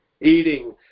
Eating